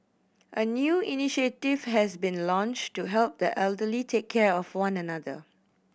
a new initiative has been launched to help the elderly take care of one another